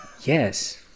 Yes